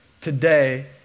today